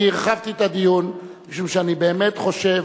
אני הרחבתי את הדיון משום שאני באמת חושב,